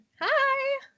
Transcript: hi